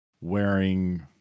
wearing